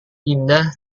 indah